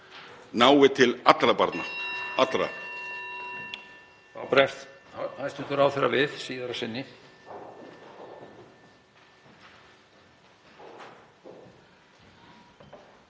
nái til allra barna. Allra.